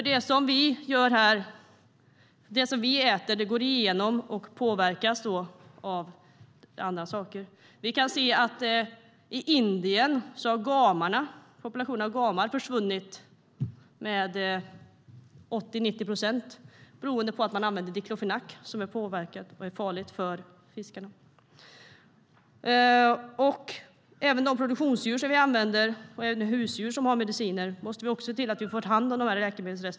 Det som vi äter går igenom oss och påverkar annat. I Indien har gampopulationen minskat med 80-90 procent för att man använder diklofenak som är farligt för fiskar. Även produktionsdjur och husdjur får mediciner, och även de läkemedelsresterna måste vi ta hand om.